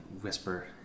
whisper